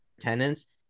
tenants